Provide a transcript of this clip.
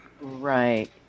Right